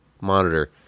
monitor